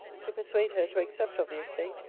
to persuade her to accept of the estate,